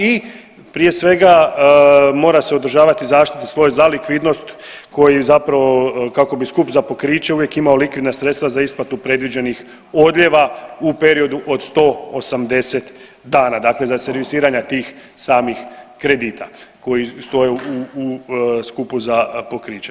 I prije svega mora se održavati zaštitni sloj za likvidnost koji zapravo kako bi skup za pokriće uvijek imao likvidna sredstva za isplatu predviđenih odljeva u periodu od 180 dana, dakle za servisiranje tih samih kredita koji stoje u skupu za pokriće.